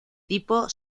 tipo